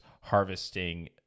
harvesting